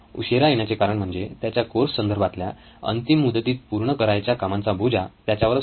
उशिरा येण्याचे कारण म्हणजे त्याच्या कोर्स संदर्भातल्या अंतिम मुदतीत पूर्ण करायच्या कामांचा बोजा त्याच्यावर असतो